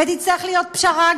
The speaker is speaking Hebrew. ותצטרך להיות פשרה,